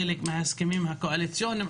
חלק מההסכמים הקואליציוניים,